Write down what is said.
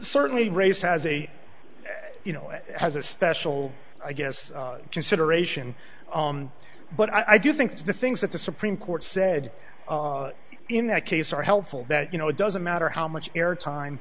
certainly race has a you know it has a special i guess consideration but i do think that the things that the supreme court said in that case are helpful that you know it doesn't matter how much air time